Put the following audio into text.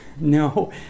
No